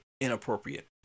inappropriate